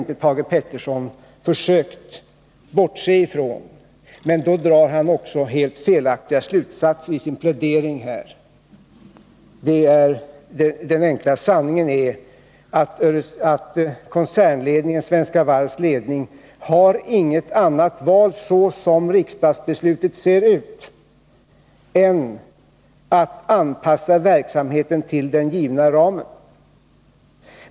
Det har Thage Peterson inte heller försökt göra, men han drar helt felaktiga slutsatser isin plädering. Den enkla sanningen är att så som riksdagsbeslutet ser ut har Svenska Varvs ledning inte något annat val än att anpassa verksamheten till den givna ramen.